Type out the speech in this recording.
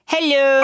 Hello